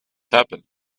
happen